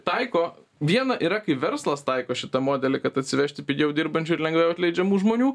taiko viena yra kai verslas taiko šitą modelį kad atsivežti pigiau dirbančių ir lengviau atleidžiamų žmonių